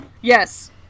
Yes